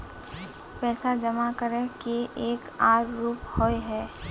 पैसा जमा करे के एक आर रूप होय है?